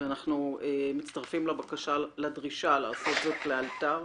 אנחנו מצטרפים לדרישה לעשות זאת לאלתר.